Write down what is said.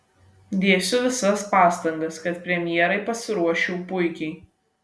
dėsiu visas pastangas kad premjerai pasiruoščiau puikiai